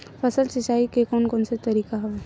फसल सिंचाई के कोन कोन से तरीका हवय?